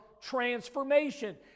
transformation